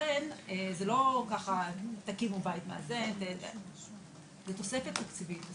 לכן זה לא ככה תקימו בית מאזן, זה תוספת תקציבית.